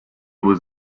was